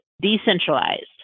decentralized